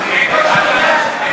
בבקשה.